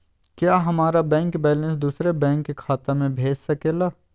क्या हमारा bank balance दूसरे बैंक खाता में भेज सके ला?